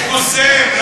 הוא קוסם.